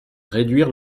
réduire